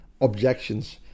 objections